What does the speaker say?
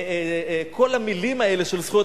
וכל המלים האלה של זכויות,